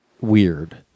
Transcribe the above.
weird